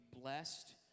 blessed